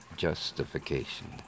Justification